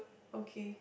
okay